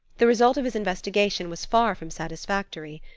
the result of his investigation was far from satisfactory.